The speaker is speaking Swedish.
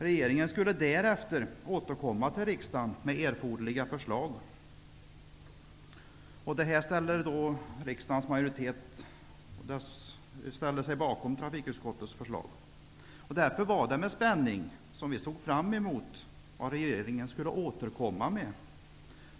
Regeringen skulle därefter återkomma till riksdagen med erforderliga förslag. Riksdagens majoritet ställde sig bakom trafikutskottets förslag. Det var därför som vi med spänning såg fram emot vad regeringen skulle återkomma med.